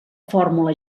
fórmula